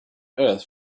earth